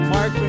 Mark